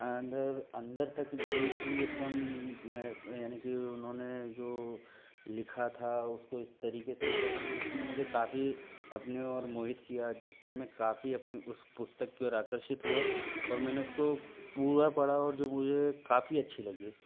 अंदर अंदर तक डिप्ली एकदम यानि कि उन्होंने जो लिखा था उसको इस तरीके से लिखा था कि उसने मुझे काफ़ी अपने ओर मोहित किया जिससे मैं काफ़ी अपने उस पुस्तक की ओर आकर्षित हुआ और मैंने उसको पूरा पढ़ा और जो मुझे काफ़ी अच्छी लगी